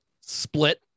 Split